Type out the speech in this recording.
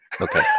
Okay